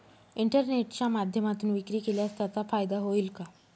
इंटरनेटच्या माध्यमातून विक्री केल्यास त्याचा फायदा होईल का?